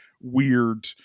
weird